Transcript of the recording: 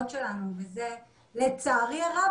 אני לא חושבת שבדקנו את הצהרות הבריאות כספציפי,